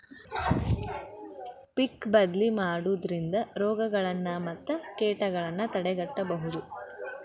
ಪಿಕ್ ಬದ್ಲಿ ಮಾಡುದ್ರಿಂದ ರೋಗಗಳನ್ನಾ ಮತ್ತ ಕೇಟಗಳನ್ನಾ ತಡೆಗಟ್ಟಬಹುದು